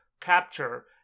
capture